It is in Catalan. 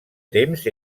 temps